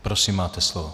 Prosím, máte slovo.